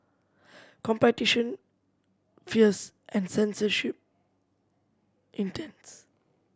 competition fierce and censorship intense